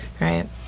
right